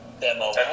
demo